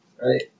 right